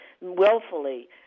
willfully